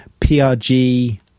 PRG